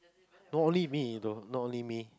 not only me though not only me